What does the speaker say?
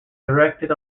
erected